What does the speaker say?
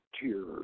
tears